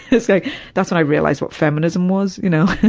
it's like that's when i realized what feminism was, you know.